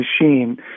machine